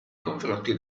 confronti